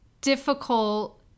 difficult